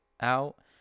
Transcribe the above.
out